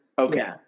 Okay